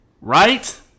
Right